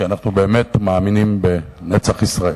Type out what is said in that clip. כי אנחנו באמת מאמינים בנצח ישראל.